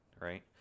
right